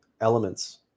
elements